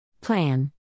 Plan